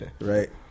right